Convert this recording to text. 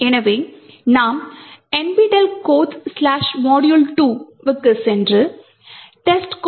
எனவே நாம் nptel codes module2 க்குச் சென்று testcode